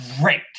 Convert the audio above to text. great